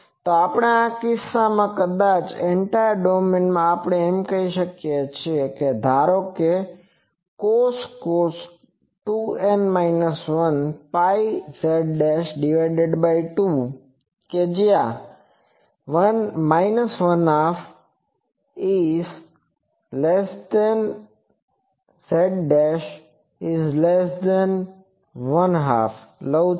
તો આપણા કિસ્સામાં એટલે કે કદાચ એન્ટાયર ડોમેઈનમાં આપણે એમ કહી શકીએ કે ધારો કે હું cos 2n 1z2 l2 zl2 લઉ છુ